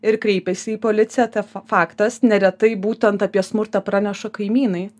ir kreipiasi į policiją ta f faktas neretai būtent apie smurtą praneša kaimynai